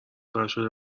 فرشاد